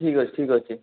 ଠିକ୍ ଅଛି ଠିକ୍ ଅଛି